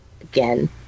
Again